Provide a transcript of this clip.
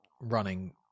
running